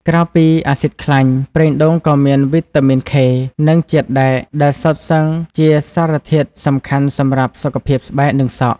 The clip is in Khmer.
ក្រៅពី អាស៊ីតខ្លាញ់ ប្រេងដូងក៏មាន វីតាមីន ខេ (K) និង ជាតិដែក ដែលសុទ្ធសឹងជាសារធាតុសំខាន់សម្រាប់សុខភាពស្បែក និងសក់។